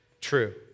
true